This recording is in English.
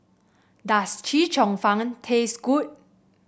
does Chee Cheong Fun taste good